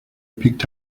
picked